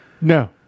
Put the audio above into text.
No